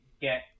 get